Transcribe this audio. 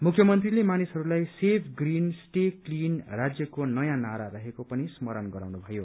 मुख्यमन्त्रीले मानिसहरूलाई save green stay clean राज्यको नयाँ नारा रहेको पनि स्मरण गराउनु भयो